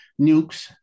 nukes